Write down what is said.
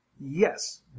Yes